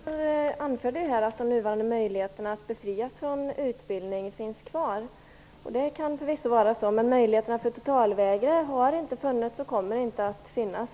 Herr talman! Karin Wegestål anförde att de nuvarande möjligheterna att befrias från utbildning finns kvar. Det kan förvisso vara så. Men möjligheter för totalvägrare att bli befriade från utbildning har inte funnits och kommer inte att finnas,